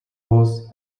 loss